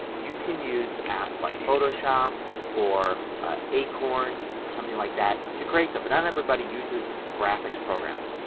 you can use apps like photoshop or acorn or something like that to create them. but not everybody uses graphic's program.